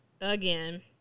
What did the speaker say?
again